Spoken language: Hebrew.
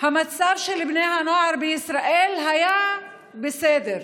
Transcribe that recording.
המצב של בני הנוער בישראל היה בסדר.